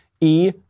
E-